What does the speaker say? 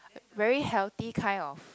very healthy kind of